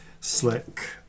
slick